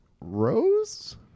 Rose